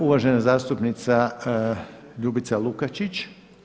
Uvažena zastupnica Ljubica Lukačić.